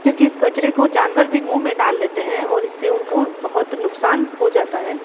क्योंकि इस कचरे को जानवर भी मुँह में डाल लेते हैं और इस से उनको बहुत नुक़सान हो जाता है